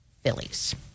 Phillies